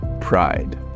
pride